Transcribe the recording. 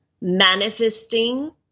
manifesting